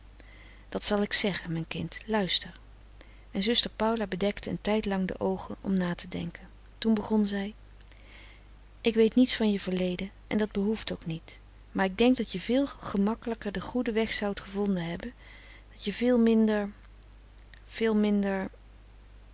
dat zal ik zeggen mijn kind luister en zuster paula bedekte een tijd lang de oogen om na te denken toen begon zij ik weet niets van je verleden en dat behoeft ook niet maar ik denk dat je veel gemakkelijker den goeden weg zoudt gevonden hebben dat je veel minder veel minder